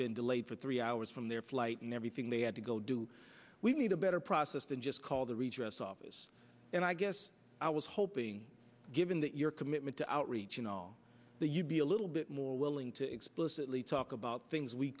been delayed for three hours from their flight and everything they had to go do we need a better process than just call the redress office and i guess i was hoping given that your commitment to outreach in all the you be a little bit more willing to explicitly talk about things we